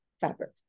fabric